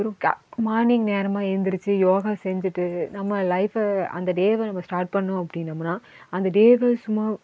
அப்புறம் மார்னிங் நேரமாக எழுந்திருச்சு யோகா செஞ்சுட்டு நம்ம லைஃப்பை அந்த டேவை நம்ம ஸ்டார்ட் பண்ணிணோம் அப்படின்னமுன்னா அந்த டேவை சும்மா